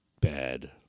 bad